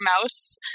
mouse